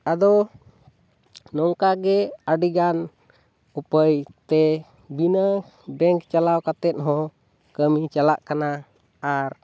ᱟᱫᱚ ᱱᱚᱝᱠᱟ ᱜᱮ ᱟᱹᱰᱤ ᱜᱟᱱ ᱩᱯᱟᱹᱭ ᱛᱮ ᱵᱤᱱᱟᱹ ᱵᱮᱝᱠ ᱪᱟᱞᱟᱣ ᱠᱟᱛᱮᱫ ᱦᱚᱸ ᱠᱟᱹᱢᱤ ᱪᱟᱞᱟᱜ ᱠᱟᱱᱟ ᱟᱨ